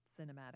cinematic